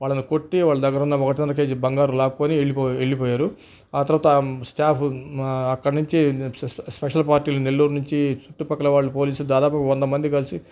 వాళ్ళను కొట్టి వాళ్ళ దగ్గర ఉన్న ఒకటున్నార కేజీ బంగారు లాక్కుని వెళ్ళిపోయారు ఆ తర్వాత స్టాప్ అక్కడి నుంచి స్పెషల్ పార్టీలు నెల్లూరు నుంచి చుట్టూ పక్కల వాళ్ళు పోలీసులు దాదాపు వంద మంది కలిసి